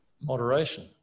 Moderation